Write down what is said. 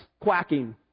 quacking